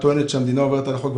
שהמדינה עוברת על החוק.